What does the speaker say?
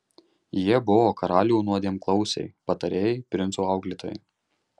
jie buvo karalių nuodėmklausiai patarėjai princų auklėtojai